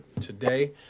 today